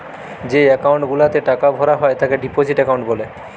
যেই একাউন্ট গুলাতে টাকা ভরা হয় তাকে ডিপোজিট একাউন্ট বলে